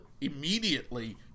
Immediately